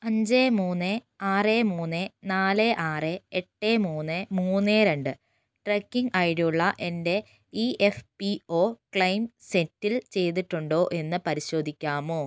അഞ്ച് മൂന്ന് ആറ് മൂന്ന് നാല് ആറ് എട്ട് മൂന്ന് മൂന്ന് രണ്ട് ട്രാക്കിംഗ് ഐ ടിയുള്ള എൻ്റെ E F P O claim settle ചെയ്തിട്ടുണ്ടോ എന്ന് പരിശോധിക്കാമോ